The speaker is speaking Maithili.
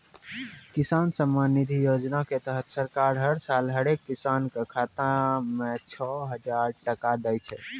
किसान सम्मान निधि योजना के तहत सरकार हर साल हरेक किसान कॅ खाता मॅ छो हजार टका दै छै